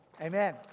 Amen